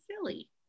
silly